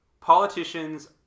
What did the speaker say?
Politicians